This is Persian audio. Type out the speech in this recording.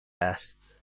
است